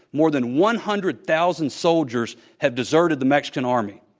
more than one hundred thousand soldiers have deserted the mexican army.